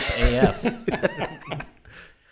AF